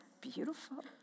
beautiful